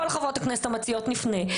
חברות הכנסת המציעות נפנה,